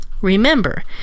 Remember